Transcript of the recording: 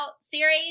series